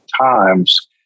times